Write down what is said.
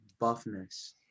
buffness